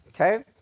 okay